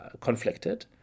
conflicted